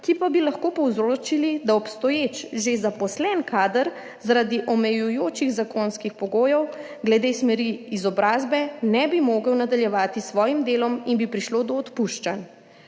ki pa bi lahko povzročili, da obstoječ že zaposlen kader zaradi omejujočih zakonskih pogojev glede smeri izobrazbe ne bi mogel nadaljevati s svojim delom in bi prišlo do odpuščanj.